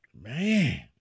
Man